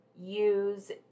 use